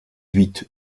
huit